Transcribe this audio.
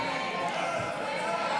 סעיף